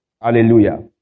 Hallelujah